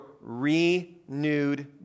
renewed